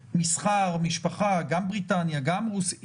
מסחר, משפחה, גם בריטניה, גם רוסיה.